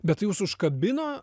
bet jus užkabino